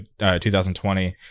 2020